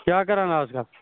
کیٛاہ کَران اَزکَل